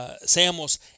seamos